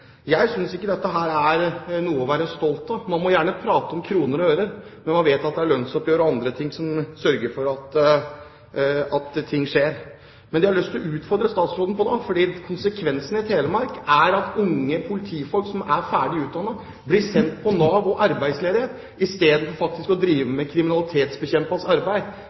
Jeg synes ikke dette er noe å være stolt av. Man må gjerne prate om kroner og øre, men man vet at det er lønnsoppgjør og andre ting som sørger for at ting skjer. Jeg har lyst til å utfordre statsråden, for konsekvensen i Telemark er at unge politifolk som er ferdig utdannet, blir sendt til Nav og arbeidsledighet istedenfor faktisk å drive med kriminalitetsbekjempende arbeid.